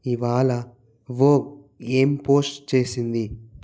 ఇవాళ వోగ్ ఏం పోస్ట్ చేసింది